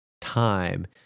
time